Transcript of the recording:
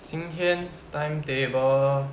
今天 timetable